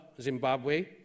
Zimbabwe